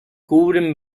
cubren